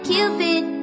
Cupid